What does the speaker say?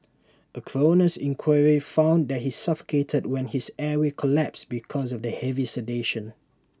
A coroner's inquiry found that he suffocated when his airway collapsed because of the heavy sedation